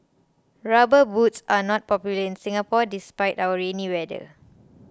rubber boots are not popular in Singapore despite our rainy weather